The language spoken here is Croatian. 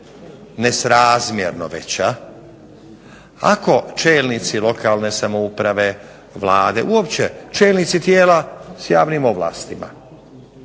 nesrazmjerno veća ako čelnici lokalne samouprave, Vlade, uopće čelnici tijela s javnim ovlastima